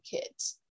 kids